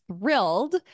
thrilled